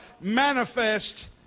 manifest